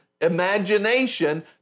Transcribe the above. imagination